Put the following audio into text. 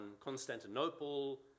Constantinople